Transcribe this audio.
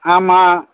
ஆமாம்